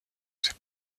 ses